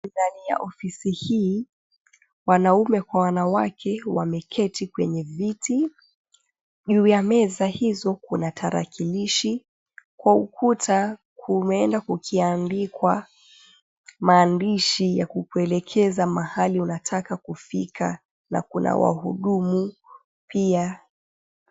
Ndani ya ofisi hii wanaume kwa wanawake wameketi kwenye viti. Juu ya meza hizo kuna tarakilishi. Kwa ukuta kumeenda kukiandikwa maandishi ya kukuelekeza mahali unataka kufika na kuna wahudumu pia.